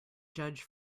judge